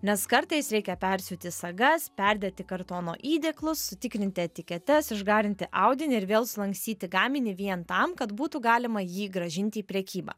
nes kartais reikia persiūti sagas perdėti kartono įdėklus sutikrinti etiketes išgarinti audinį ir vėl sulankstyti gaminį vien tam kad būtų galima jį grąžinti į prekybą